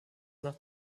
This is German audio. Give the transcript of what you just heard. nach